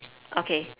okay